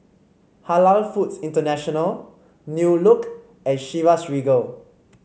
Halal Foods International New Look and Chivas Regal